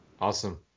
Awesome